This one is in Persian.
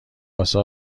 واسه